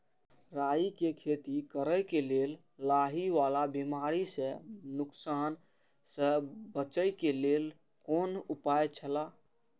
राय के खेती करे के लेल लाहि वाला बिमारी स नुकसान स बचे के लेल कोन उपाय छला?